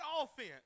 offense